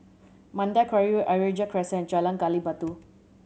Mandai Quarry Ayer Rajah Crescent and Jalan Gali Batu